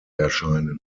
erscheinen